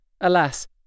alas